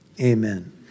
Amen